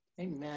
amen